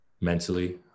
mentally